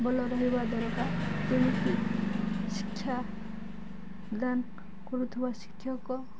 ଭଲ ରହିବା ଦରକାର ଯେମିତି ଶିକ୍ଷା ଦାନ କରୁଥିବା ଶିକ୍ଷକ